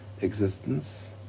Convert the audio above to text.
existence